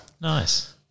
nice